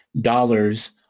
dollars